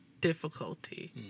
difficulty